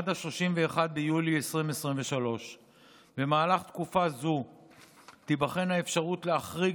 עד 31 ביולי 2023. במהלך תקופה זו תיבחן האפשרות להחריג